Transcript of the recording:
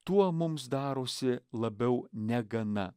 tuo mums darosi labiau negana